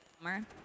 summer